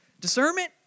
discernment